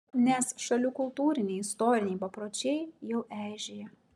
nes šalių kultūriniai istoriniai papročiai jau eižėja